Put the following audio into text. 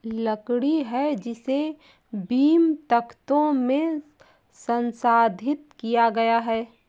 लकड़ी है जिसे बीम, तख्तों में संसाधित किया गया है